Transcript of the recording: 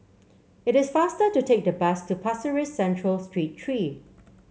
it is faster to take the bus to Pasir Ris Central Street Three